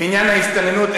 בעניין ההסתננות,